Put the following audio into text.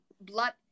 blood